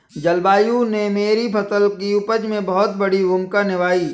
जलवायु ने मेरी फसल की उपज में बहुत बड़ी भूमिका निभाई